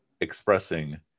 expressing